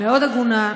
מאוד הגונה,